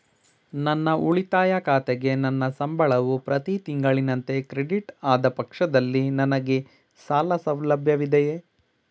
ನನ್ನ ಉಳಿತಾಯ ಖಾತೆಗೆ ನನ್ನ ಸಂಬಳವು ಪ್ರತಿ ತಿಂಗಳಿನಂತೆ ಕ್ರೆಡಿಟ್ ಆದ ಪಕ್ಷದಲ್ಲಿ ನನಗೆ ಸಾಲ ಸೌಲಭ್ಯವಿದೆಯೇ?